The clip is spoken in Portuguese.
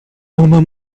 uma